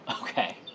Okay